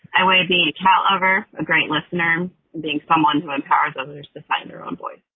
i weigh being a cat lover, a great listener and being someone who empowers others to find their own voice